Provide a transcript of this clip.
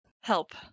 help